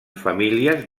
famílies